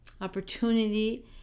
opportunity